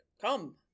come